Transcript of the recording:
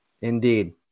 Indeed